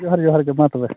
ᱡᱚᱦᱟᱨ ᱡᱚᱦᱟᱨ ᱜᱮ ᱢᱟ ᱛᱚᱵᱮ